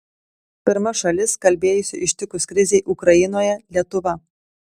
pirma šalis kalbėjusi ištikus krizei ukrainoje lietuva